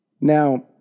Now